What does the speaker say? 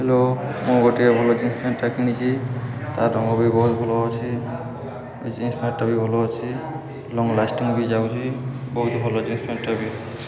hello ମୁଁ ଗୋଟିଏ ଭଲ ଜିନ୍ସ ପ୍ୟାଣ୍ଟ୍ଟା କିଣିଛି ତ ରଙ୍ଗ ବି ବହୁତ ଭଲ ଅଛି ଜିନ୍ସ ପ୍ୟାଣ୍ଟ୍ଟା ବି ଭଲ ଅଛି ଲଙ୍ଗ୍ ଲାଷ୍ଟିଙ୍ଗ୍ ବି ଯାଉଛିି ବହୁତ ଭଲ ଜିନ୍ସ ପ୍ୟାଣ୍ଟ୍ଟା ବି